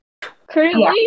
currently